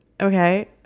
okay